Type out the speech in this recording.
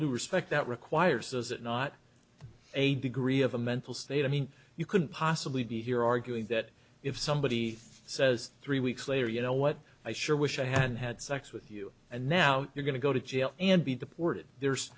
due respect that requires is it not a degree of a mental state i mean you couldn't possibly be here arguing that if somebody says three weeks later you know what i sure wish i had had sex with you and now you're going to go to jail and be deported there's